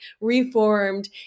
reformed